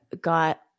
got